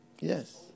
Yes